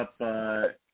up